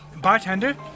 Bartender